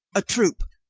a troop.